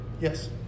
Yes